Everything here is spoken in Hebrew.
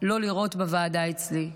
לא לראות בוועדה אצלי,